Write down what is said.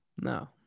No